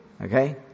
Okay